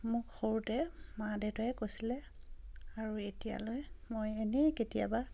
মোক সৰুতে মা দেউতাইে কৈছিলে আৰু এতিয়ালৈ মই এনেই কেতিয়াবা